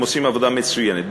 הם עושים עבודה מצוינת,